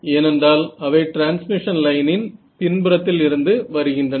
ஏனென்றால் அவை டிரான்ஸ்மிஷன் லைனின் பின்புறத்தில் இருந்து வருகின்றன